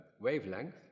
wavelength